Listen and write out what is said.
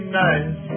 nice